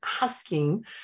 asking